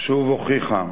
שוב הוכיחה,